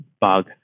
bug